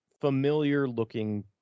familiar-looking